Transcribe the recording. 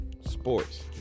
sports